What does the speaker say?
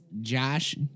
Josh